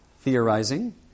theorizing